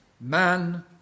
man